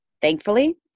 Thankfully